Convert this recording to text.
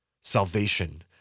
Salvation